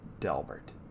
Delbert